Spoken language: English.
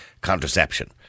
contraception